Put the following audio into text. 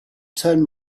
turn